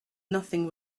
nothing